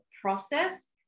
process